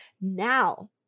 now